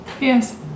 Yes